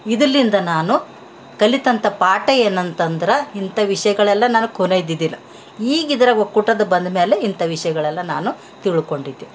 ಇದಲಿಂದ ನಾನು ಕಲಿತಂಥ ಪಾಠ ಏನಂತಂದ್ರೆ ಇಂಥ ವಿಷಯಗಳೆಲ್ಲ ನನಗೆ ಕೊನೆದಿದಿಲ್ಲಈಗ ಇದ್ರಾಗ್ ಒಕ್ಕೂಟದ ಬಂದ ಮ್ಯಾಲೆ ಇಂಥ ವಿಷಯಗಳೆಲ್ಲಾ ನಾನು ತಿಳ್ಕೊಂಡಿದ್ದೆ